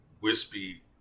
wispy